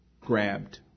grabbed